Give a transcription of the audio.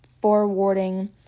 forwarding